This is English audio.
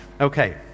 Okay